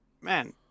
Man